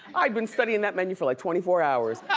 i'd been studyin' that menu for like twenty four hours.